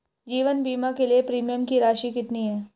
जीवन बीमा के लिए प्रीमियम की राशि कितनी है?